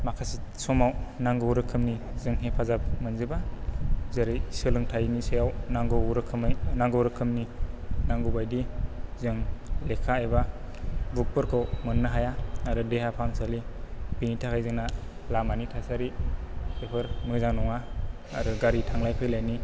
माखासे समाव नांगौ रोखोमनि जों हेफाजाब मोनजोबा जेरै सोलोंथाइनि सायाव नांगौ रोखोमै नांगौ रोखोमनि नांगौ बायदि जों लेखा एबा बुकफोरखौ मोननो हाया आरो देहा फाहामसालि बेनि थाखाय जोंना लामानि थासारि बेफोर मोजां नङा आरो गारि थांलाय फैलायनि